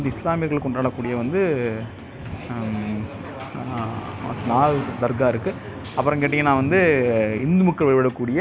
அதனால் வந்து அவங்களுக்கு உண்டான வந்து அடிப்படை வசதியை செஞ்சு கொடுக்குற மாதிரி நம்ம ஸ்கூலுக்கு தகுந்த ஃபன்ஸ் எதுவும் வரதில்லை ஆனால் என்ன பண்ணுவோம்னா முதல்ல வந்து